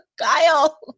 Kyle